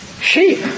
sheep